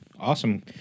Awesome